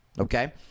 okay –